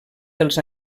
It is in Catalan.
dels